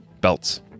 belts